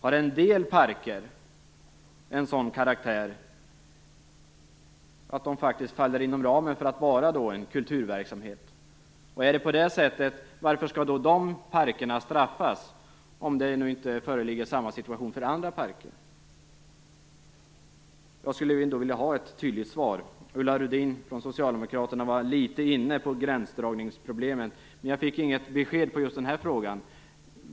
Har en del parker en sådan karaktär att de faller inom ramen för att betraktas som en kulturverksamhet? Om det är så, varför skall dessa parker straffas om det nu inte föreligger samma situation för andra parker? Jag skulle vilja ha ett tydligt svar på dessa frågor. Ulla Rudin från socialdemokraterna var inne på gränsdragningsproblemen, men hon lämnade inga klara besked.